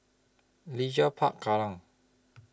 Leisure Park Kallang